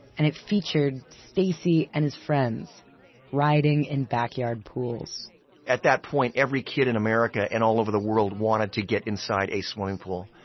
and it featured stacy and his friends riding in backyard pools at that point, every kid in america, and all over the world, wanted to get inside a swimming pool.